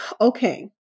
okay